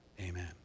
Amen